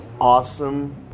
awesome